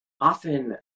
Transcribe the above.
often